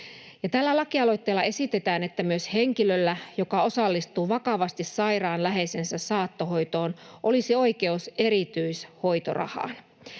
Tällä lakialoitteella esitetään, että myös henkilöllä, joka osallistuu vakavasti sairaan läheisensä saattohoitoon, olisi oikeus erityishoitorahaan.